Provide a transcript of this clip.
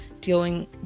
dealing